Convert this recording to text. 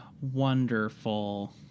wonderful